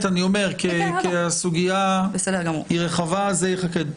כי הסוגיה היא רחבה, זה יחכה.